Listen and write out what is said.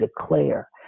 declare